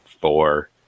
four